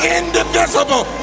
indivisible